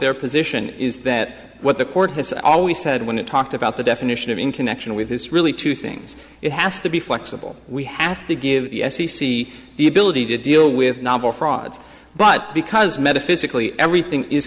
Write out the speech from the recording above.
their position is that what the court has always said when it talked about the definition of in connection with this really two things it has to be flexible we have to give the f c c the ability to deal with novel frauds but because metaphysically everything is